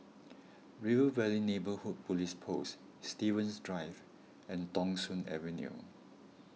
River Valley Neighbourhood Police Post Stevens Drive and Thong Soon Avenue